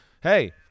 hey